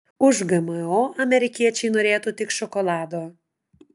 už gmo amerikiečiai norėtų tik šokolado